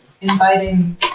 inviting